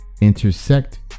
Intersect